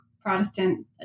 Protestant